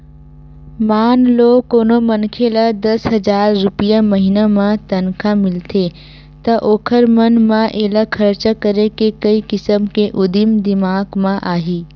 मान लो कोनो मनखे ल दस हजार रूपिया महिना म तनखा मिलथे त ओखर मन म एला खरचा करे के कइ किसम के उदिम दिमाक म आही